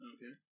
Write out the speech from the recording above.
Okay